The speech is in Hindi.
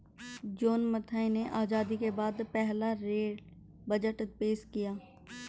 जॉन मथाई ने आजादी के बाद पहला रेल बजट पेश किया